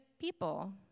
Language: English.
people